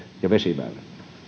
ja vesiväylät